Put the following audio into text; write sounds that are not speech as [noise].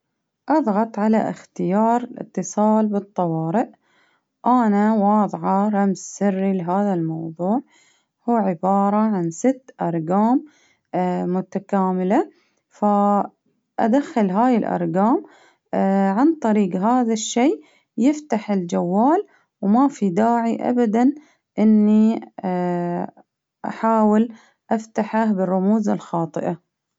أظغط على إختيار إتصال بالطوارئ، أنا واظعة رمز سري لهذا الموضوع، هو عبارة عن ست أرجام [hesitation] متكاملة، فأدخل هاي الأرجام [hesitation] عن طريق هذا الشي، يفتح الجوال ،وما في داعي أبدا إني [hesitation] أحاول أفتحه بالرموز الخاطئة.